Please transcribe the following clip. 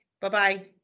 Bye-bye